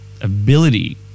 ability